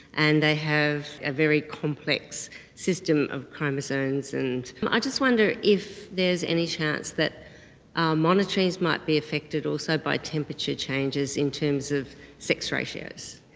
and they have a very complex system of chromosomes. and i just wonder if there's any chance that monotremes might be affected also by temperature changes in terms of sex ratios?